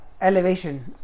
elevation